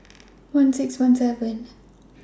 one six one seven